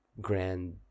grand